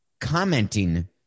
commenting